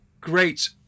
great